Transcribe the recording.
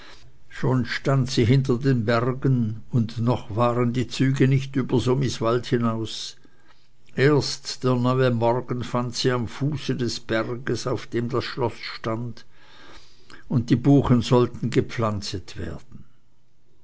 schon stand sie hinter den bergen und noch waren die züge nicht über sumiswald hinaus erst der neue morgen fand sie am fuße des berges auf dem das schloß stand und die buchen sollten gepflanzet werden